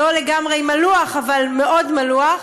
לא לגמרי מלוח, אבל מאוד מלוח.